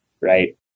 right